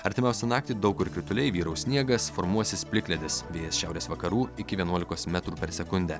artimiausią naktį daug kur krituliai vyraus sniegas formuosis plikledis vėjas šiaurės vakarų iki vienuolikos metrų per sekundę